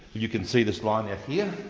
you can see this line out here,